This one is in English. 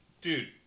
Dude